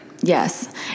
Yes